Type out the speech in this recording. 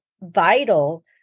vital